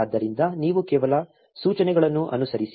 ಆದ್ದರಿಂದ ನೀವು ಕೇವಲ ಸೂಚನೆಗಳನ್ನು ಅನುಸರಿಸಿ